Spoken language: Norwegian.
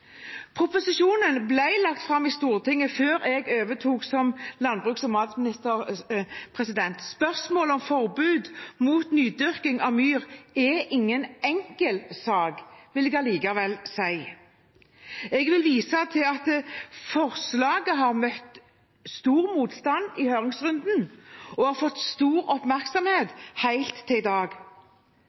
Proposisjonen ble lagt fram i Stortinget før jeg overtok som landbruks- og matminister. Spørsmålet om forbud mot nydyrking av myr er ingen enkel sak, vil jeg likevel si. Jeg vil vise til at forslaget har møtt stor motstand i høringsrunden og har fått stor oppmerksomhet helt til i dag.